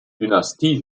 dynastie